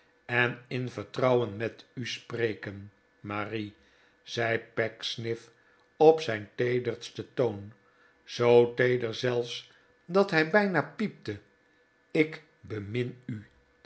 en in vertrouwen met u spreken marie zei pecksniff op zijn teedersten toon zoo feeder zelfs dat hij bijna piepte ik bemin u